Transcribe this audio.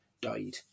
died